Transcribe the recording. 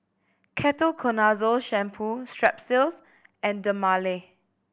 Ketoconazole Shampoo Strepsils and Dermale